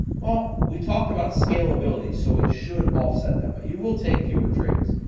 ah we talked about scalability, so it should offset that, but you will take fewer trades.